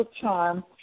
charm